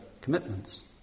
commitments